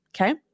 Okay